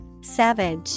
Savage